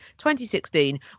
2016